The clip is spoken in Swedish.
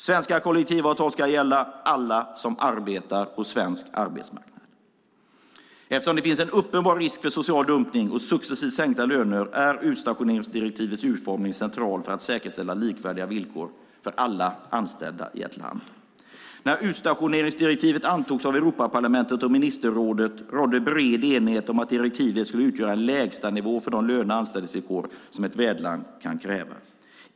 Svenska kollektivavtal ska gälla alla som arbetar på svensk arbetsmarknad. Eftersom det finns en uppenbar risk för social dumpning och successivt sänkta löner är utstationeringsdirektivets utformning central för att säkerställa likvärdiga villkor för alla anställda i ett land. När utstationeringsdirektivet antogs av Europaparlamentet och ministerrådet rådde bred enighet om att direktivet skulle utgöra en lägsta nivå för de löne och anställningsvillkor som ett värdland kan kräva.